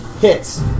hits